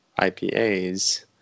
IPAs